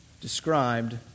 described